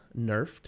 nerfed